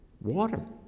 water